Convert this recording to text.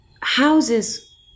houses